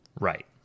Right